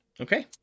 okay